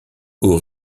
aux